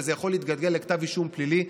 וזה יכול להתגלגל לכתב אישום פלילי,